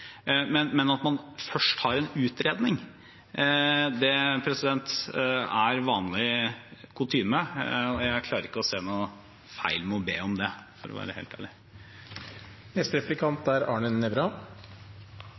At man først har en utredning, er vanlig kutyme, og jeg klarer ikke å se noe feil med å be om det, for å være helt ærlig.